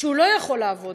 והוא לא יכול לעבוד,